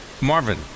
Marvin